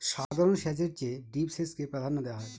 সাধারণ সেচের চেয়ে ড্রিপ সেচকে প্রাধান্য দেওয়া হয়